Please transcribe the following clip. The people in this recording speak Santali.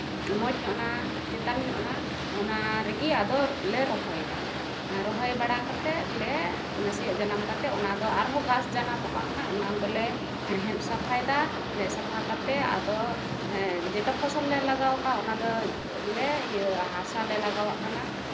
ᱢᱚᱡᱽ ᱧᱚᱜ ᱱᱟ ᱪᱮᱛᱟᱱ ᱧᱚᱜ ᱱᱟ ᱪᱮᱛᱟᱱ ᱧᱚᱜ ᱱᱟ ᱚᱱᱟ ᱨᱮᱜᱮ ᱟᱫᱚᱞᱮ ᱨᱚᱦᱚᱭᱫᱟ ᱨᱚᱦᱚᱭ ᱵᱟᱲᱟ ᱠᱟᱛᱮᱫ ᱞᱮ ᱱᱟᱥᱮᱭᱟᱜ ᱡᱟᱱᱟᱢ ᱠᱟᱛᱮᱫ ᱟᱨᱦᱚᱸ ᱚᱱᱟᱫᱚ ᱜᱷᱟᱥ ᱡᱟᱱᱟᱢᱚᱜ ᱠᱟᱱ ᱠᱷᱟᱱ ᱚᱱᱟ ᱫᱚᱞᱮ ᱦᱮᱲᱦᱮᱫ ᱥᱟᱯᱷᱟᱭᱫᱟ ᱦᱮᱲᱦᱮᱫ ᱥᱟᱯᱷᱟ ᱠᱟᱛᱮᱫ ᱟᱫᱚ ᱡᱮᱴᱟ ᱯᱷᱚᱥᱚᱞ ᱞᱮ ᱞᱟᱜᱟᱣ ᱠᱟᱜ ᱚᱱᱟ ᱫᱚᱞᱮ ᱤᱭᱟᱹ ᱦᱟᱥᱟᱞᱮ ᱞᱟᱜᱟᱣᱟᱜ ᱠᱟᱱᱟ